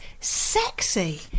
sexy